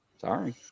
Sorry